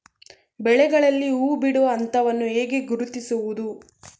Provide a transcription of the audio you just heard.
ಬೆಳೆಗಳಲ್ಲಿ ಹೂಬಿಡುವ ಹಂತವನ್ನು ಹೇಗೆ ಗುರುತಿಸುವುದು?